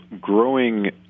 growing